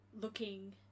looking